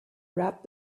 wrapped